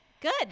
Good